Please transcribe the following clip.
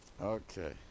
Okay